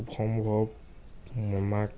খুব সম্ভৱ আমাক